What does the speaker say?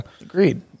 Agreed